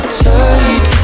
tight